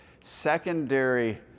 secondary